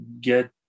get